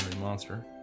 Monster